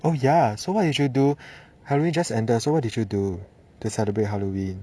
oh ya so what you should do halloween just ended so what did you do to celebrate halloween